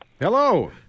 hello